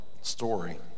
story